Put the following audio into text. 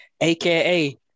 aka